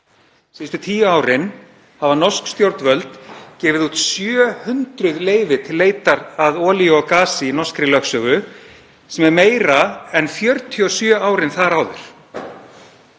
Síðustu tíu árin hafa norsk stjórnvöld gefið út 700 leyfi til leitar að olíu og gasi í norskri lögsögu sem er meira en 47 árin þar áður.